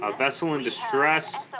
ah vessel in distress